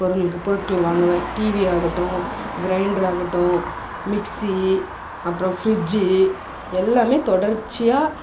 பொருள்கள் பொருட்கள் வாங்குவேன் டிவி ஆகட்டும் கிரைண்டரு ஆகட்டும் மிக்சி அப்புறம் பிரிட்ஜ்ஜி எல்லாமே தொடர்ச்சியாக